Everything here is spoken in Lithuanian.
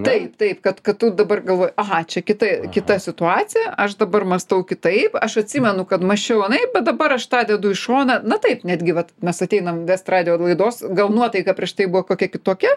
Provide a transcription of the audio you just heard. tai taip kad kad tu dabar galvoji aha čia kita kita situacija aš dabar mąstau kitaip aš atsimenu kad mąsčiau anaip bet dabar aš tą dedu į šoną na taip netgi vat mes ateinam vesti radijo laidos gal nuotaika prieš tai buvo kokia kitokia